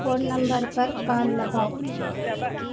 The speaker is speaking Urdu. فون نمبر پر کال لگاؤ